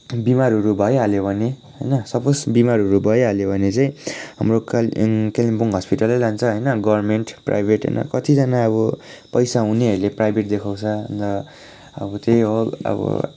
बिमारहरू भइहाल्यो भने होइन सपोज बिमारहरू भइहाल्यो भने चाहिँ हाम्रो कालिम्पोङ हस्पिटल नै लान्छ होइन गभर्मेन्ट प्राइभेट होइन कतिजना पैसा हुनेहरूले प्राइभेट देखाउँछ अन्त अब त्यही हो अब